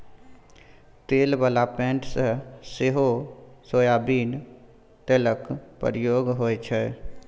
तेल बला पेंट मे सेहो सोयाबीन तेलक प्रयोग होइ छै